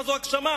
מה זו הגשמה,